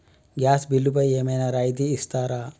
Gas బిల్లుపై ఏమైనా రాయితీ ఇస్తారా?